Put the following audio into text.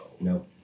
No